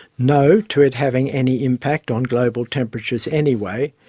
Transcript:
no to it having any impact on global temperatures anyway,